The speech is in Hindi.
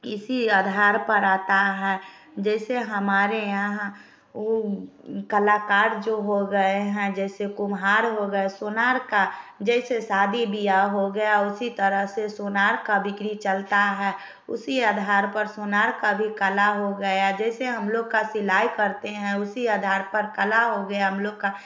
इसी आधार पर आता है जैसे हमारे यहाँ वो कलाकार जो हो गए हैं जैसे कुम्हार हो गए सुनार का जैसे शादी विहाओ हो गया उसी तरह से सुनार का बिक्री चलता है उसी आधार पर सुनार का भी कला हो गया जैसे हम लोग का सिलाई करते हैं उसी आधार पर कला हो गया हम लोग का